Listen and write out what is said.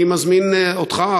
אני מזמין אותך,